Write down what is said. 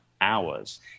hours